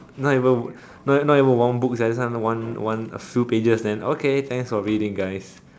not even not even one book sia this one one a few pages okay thanks for reading guys